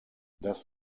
das